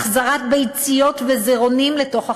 החזרת ביציות וזירעונים לתוך החצוצרות,